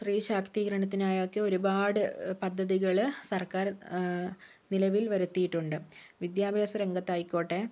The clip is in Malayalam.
സ്ത്രീ ശാക്തീകരണത്തിനായൊക്കെ ഒരുപാട് പദ്ധതികൾ സർക്കാർ നിലവിൽ വരുത്തിയിട്ടുണ്ട് വിദ്യാഭ്യാസ രംഗത്തായിക്കോട്ടെ